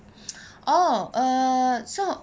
oh err so